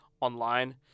online